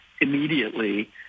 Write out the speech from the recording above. immediately